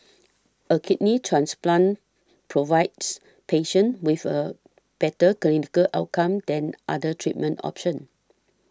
a kidney transplant provides patients with a better clinical outcome than other treatment options